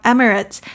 Emirates